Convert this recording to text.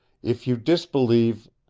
if you disbelieve